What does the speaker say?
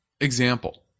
example